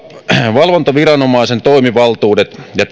valvontaviranomaisen toimivaltuudet ja